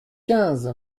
quinze